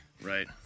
Right